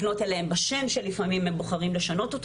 לפנות אליהם בשם שלפעמים הם בוחרים לשנות.